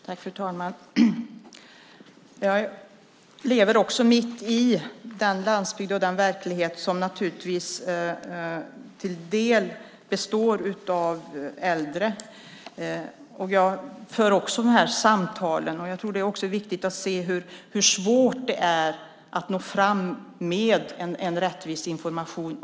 Fru talman! Jag lever också mitt i den landsbygd och verklighet som till dels består av äldre. Jag för också sådana samtal. Det är också viktigt att se hur svårt det är att nå fram med en rättvis information.